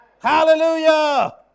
hallelujah